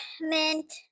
mint